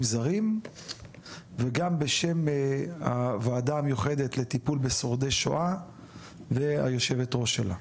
זרים וגם בשם הוועדה המיוחדת לטיפול בשורדי שואה והיושבת-ראש שלה.